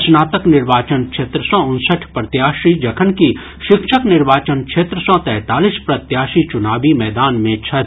स्नातक निर्वाचन क्षेत्र सँ उनसठि प्रत्याशी जखनकि शिक्षक निर्वाचन क्षेत्र सँ तैंतालीस प्रत्याशी चुनावी मैदान मे छथि